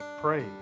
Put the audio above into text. pray